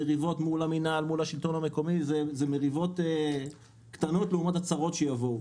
המריבות מול המינהל והשלטון המקומי הן קטנות לעומת הצרות שיבואו.